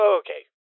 okay